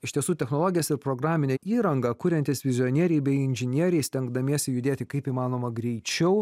iš tiesų technologijas ir programinę įrangą kuriantys vizionieriai bei inžinieriai stengdamiesi judėti kaip įmanoma greičiau